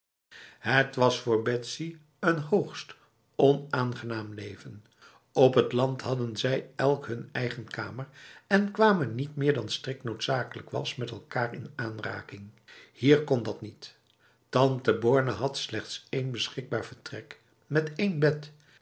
het was voor betsy een hoogst onaangenaam leven op het land hadden zij elk hun eigen kamer en kwamen niet meer dan strikt noodzakelijk was met elkaar in aanraking hier kon dat niet tante borne had slechts één beschikbaar vertrek met één bed